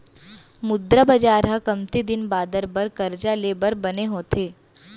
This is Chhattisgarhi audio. मुद्रा बजार ह कमती दिन बादर बर करजा ले बर बने होथे